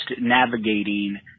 navigating